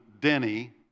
Denny